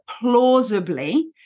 plausibly